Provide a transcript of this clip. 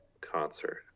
concert